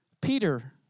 Peter